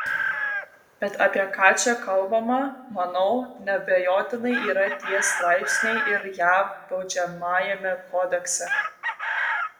bet apie ką čia kalbama manau neabejotinai yra tie straipsniai ir jav baudžiamajame kodekse